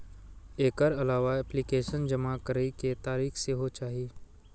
एकर अलावा एप्लीकेशन जमा करै के तारीख सेहो चाही